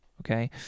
Okay